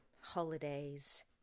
holidays